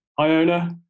Iona